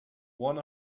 one